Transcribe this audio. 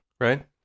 right